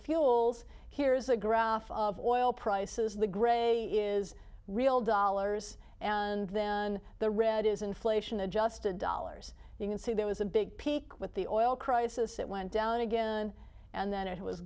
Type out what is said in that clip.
fuels here's a graph of oil prices the gray is real dollars and then the red is inflation adjusted dollars you can see there was a big peak with the oil crisis it went down again and then it w